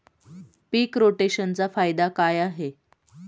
पीक रोटेशनचा फायदा काय आहे?